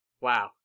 Wow